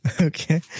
Okay